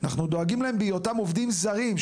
אנחנו דואגים להם בהיותם עובדים זרים,